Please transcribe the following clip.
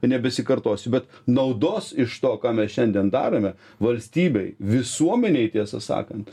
nebesikartosiu bet naudos iš to ką mes šiandien darome valstybei visuomenei tiesą sakant